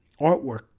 artwork